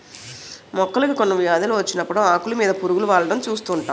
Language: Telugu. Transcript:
మొక్కలకి కొన్ని వ్యాధులు వచ్చినప్పుడు ఆకులు మీద పురుగు వాలడం చూస్తుంటాం